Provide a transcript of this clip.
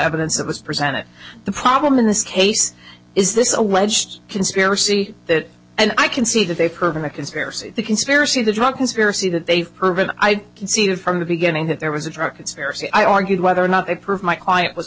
evidence that was presented the problem in this case is this alleged conspiracy that and i can see that they've heard of a conspiracy the conspiracy the drug conspiracy that they've proven i can see from the beginning that there was a truck conspiracy i argued whether or not they prove my aunt was